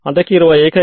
ಇದು ಅಗತ್ಯವಿದೆಯೇ